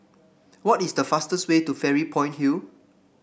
what is the fastest way to Fairy Point Hill